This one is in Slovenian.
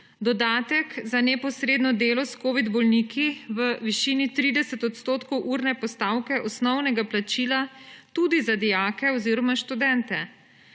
dodatek za neposredno delo s covid bolniki v višini 30 % urne postavke osnovnega plačila tudi za dijake oziroma študente;